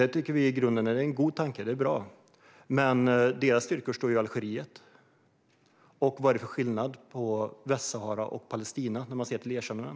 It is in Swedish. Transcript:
Det tycker vi är en i grunden god tanke; det är bra. Men deras styrkor finns ju i Algeriet. Vad är det för skillnad på Västsahara och Palestina när man ser till erkännanden?